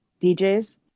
DJs